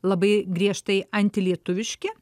labai griežtai antilietuviški